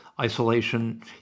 isolation